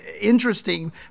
interesting